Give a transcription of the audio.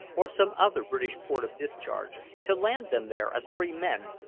or some other british port of discharge, to land them there as free men,